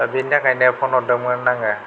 दा बेनिथाखायनो फन हरदोंमोन आङो